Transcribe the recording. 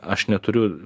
aš neturiu